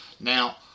Now